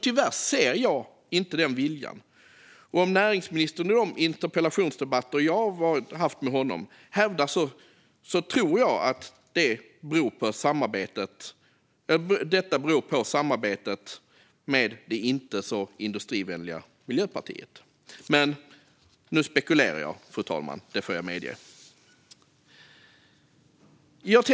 Tyvärr ser jag inte den viljan, och även om näringsministern i de interpellationsdebatter jag haft med honom hävdar annat tror jag att detta beror på samarbetet med det inte så industrivänliga Miljöpartiet. Men nu spekulerar jag, fru talman; det får jag medge.